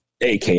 AK